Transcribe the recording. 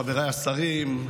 חבריי השרים,